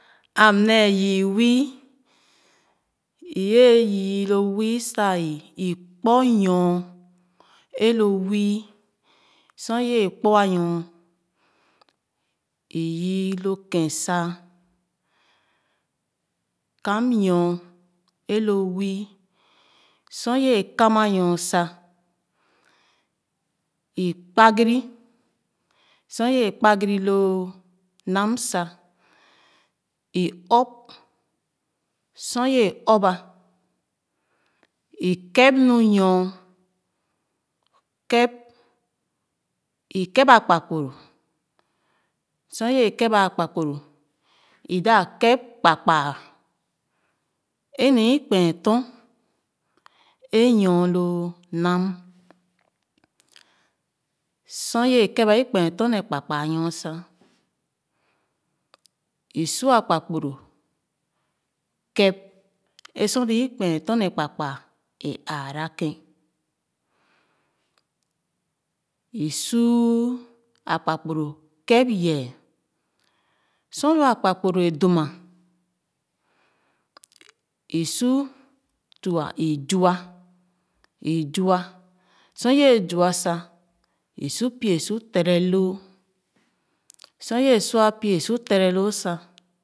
Am nee yii wii iye yii lo wii sa wii i kpo nyor ē lo wii sor ye kpu-nyor iyii lo kēn kam nyor elo wii sor ye kama nyor sa i kpa giri so o yii kpagiri lo nam sa iɔp sor ye ɔp ba ē kèp nu nyor kèp ikep akpakpuru sor ye kèp ba akpakpuru è daa kèp kpakpa ē nee i kpee torn è nyor lo nam sor ye kèp ba ɔkpee torn ne kpakpaa nyor sa isu akpakpuru kèp e sor lo okpee torn ne kpakpaa ē aara kèn i su akpakpuru kèp yɛɛ sor lo akpakpuru e dum ma i su tuah i zua izua sor wɛɛ zua sa i su pie su terɛ loo sor i yɛɛ sua pie sor tɛrɛ loo sa.